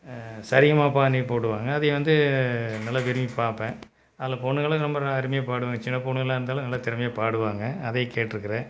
சரிகமபாநி போடுவாங்க அதய வந்து நல்லா விரும்பி பார்ப்பேன் அதில் பொண்ணுங்களும் ரொம்ப ர அருமையா பாடுவாங்க சின்ன பொண்ணுங்களாக இருந்தாலும் நல்லா திறமையாக பாடுவாங்க அதைய கேட்யிருக்கறேன்